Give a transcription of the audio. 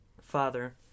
father